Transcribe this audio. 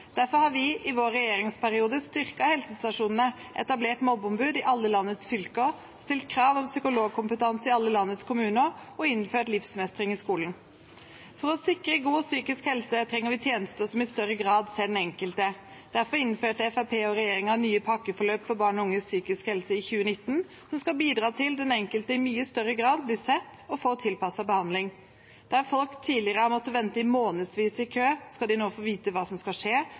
Derfor har vi i vår regjeringsperiode styrket helsestasjonene, etablert mobbeombud i alle landets fylker, stilt krav om psykologkompetanse i alle landets kommuner og innført livsmestring i skolen. For å sikre god psykisk helse trenger vi tjenester som i større grad ser den enkelte. Derfor innførte Fremskrittspartiet og regjeringen i 2019 nye pakkeforløp for barn og unges psykiske helse, som skal bidra til at den enkelte i mye større grad blir sett og får tilpasset behandling. Der folk tidligere har måttet vente i månedsvis i kø, skal de nå få vite hva som skal skje,